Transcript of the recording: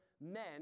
men